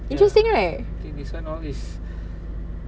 ya I think this one all is